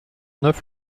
neuf